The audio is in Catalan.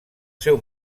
seu